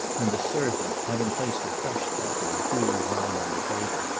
when the servant, having placed a fresh bottle of cool wine on the table,